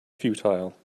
futile